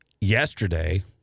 yesterday